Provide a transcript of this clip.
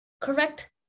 Correct